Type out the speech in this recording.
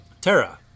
Terra